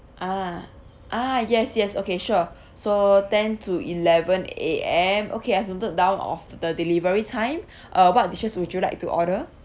ah ah yes yes okay sure so ten to eleven A_M okay I've noted down of the delivery time uh what dishes would you like to order